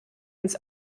ins